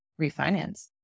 refinance